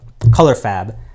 ColorFab